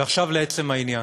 ועכשיו, לעצם העניין.